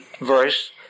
verse